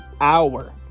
hour